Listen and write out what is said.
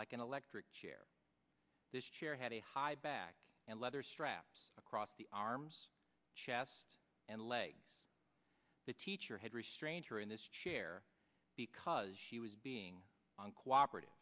like an electric chair this chair had a high back and leather straps across the arms chest and legs the teacher had restrained her in this chair because she was being cooperative